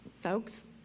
folks